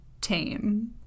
tame